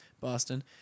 Boston